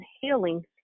healing